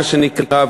מה שנקרא,